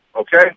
Okay